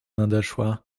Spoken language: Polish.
nadeszła